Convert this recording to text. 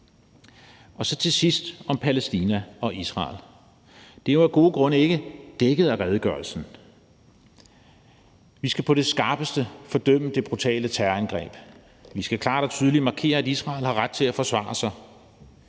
sidst vil jeg tale om Palæstina og Israel. Det er jo af gode grunde ikke dækket af redegørelsen. Vi skal på det skarpeste fordømme det brutale terrorangreb. Vi skal klart og tydeligt markere, at Israel har ret til at forsvare sig,